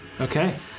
Okay